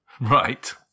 Right